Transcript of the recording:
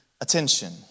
attention